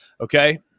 okay